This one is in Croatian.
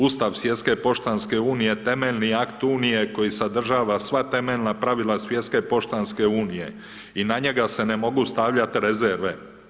Ustav Svjetske poštanske unije temeljeni je akt unije koji sadržava sva temeljna pravila Svjetske poštanske unije i na njega se ne mogu stavljati rezerve.